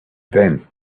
then